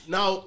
Now